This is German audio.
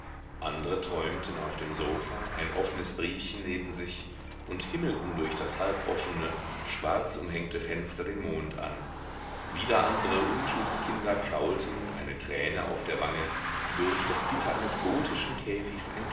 andre träumten auf dem sofa ein offenes briefchen neben sich und himmelten durch das halb offene schwarz umhängte fenster den mond an wieder andre unschuldskinder krauten eine träne auf der wange durch das gitter eines gotischen käfigs